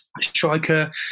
striker